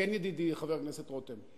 כן, ידידי, חבר הכנסת רותם?